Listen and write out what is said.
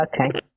Okay